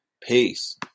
Peace